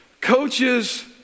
Coaches